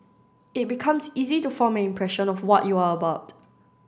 it becomes easy to form an impression of what you are about